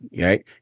Right